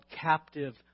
captive